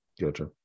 Gotcha